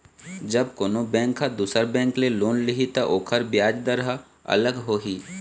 जब कोनो बेंक ह दुसर बेंक ले लोन लिही त ओखर बियाज दर ह अलग होही